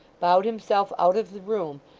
bowed himself out of the room,